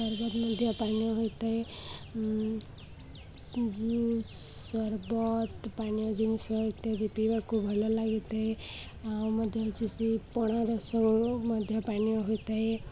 ସର୍ବତ ମଧ୍ୟ ପାନୀୟ ହୋଇଥାଏ ଜୁସ୍ ସର୍ବତ ପାନୀୟ ଜିନିଷ ହୋଇଥାଏ ପିପିଇବାକୁ ଭଲ ଲାଗିଥାଏ ଆଉ ମଧ୍ୟ ହେଉଛି ସେ ପଣ ରସ ମଧ୍ୟ ପାନୀୟ ହୋଇଥାଏ